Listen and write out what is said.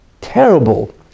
terrible